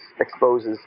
exposes